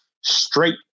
straight